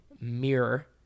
mirror